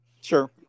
Sure